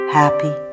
happy